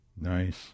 Nice